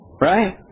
right